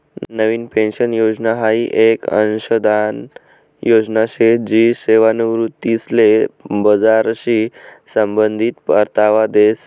नवीन pension योजना हाई येक अंशदान योजना शे जी सेवानिवृत्तीसले बजारशी संबंधित परतावा देस